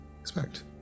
expect